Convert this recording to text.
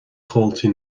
chomhaltaí